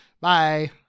Bye